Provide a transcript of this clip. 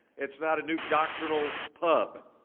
it's not a new doctrinal pub.